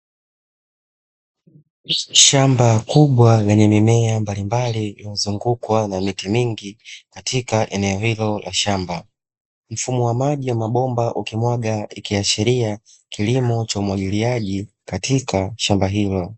Shamba kubwa lenye mimea mbalimbali iliyozungukwa na miti mingi katika eneo hilo la shamba, mfumo wa maji ya mabomba ukimwaga ikiashiria kilimo cha umwagiliaji katika shamba hilo.